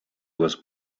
was